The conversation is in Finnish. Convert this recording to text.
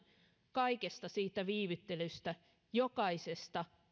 kaikesta siitä viivyttelystä jokaisesta